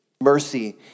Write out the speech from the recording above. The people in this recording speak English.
Mercy